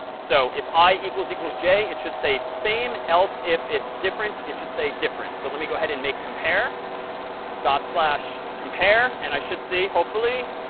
so if i equals equals j, it should say, same. else, if it's different, it should say different. so let me go ahead and make compare dot slash compare. and i should see, hopefully,